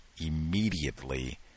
immediately